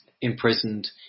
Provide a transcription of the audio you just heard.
imprisoned